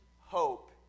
hope